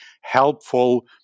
helpful